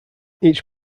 each